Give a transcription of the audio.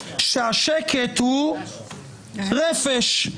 שהשקט הוא רפש,